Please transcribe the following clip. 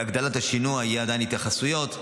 בהגדלת השינוע יהיו עדיין התייחסויות.